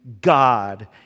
God